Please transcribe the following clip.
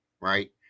right